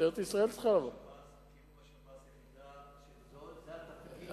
אם הוא בשב"ס הוא ידע שזה התפקיד שלו.